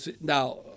Now